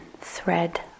thread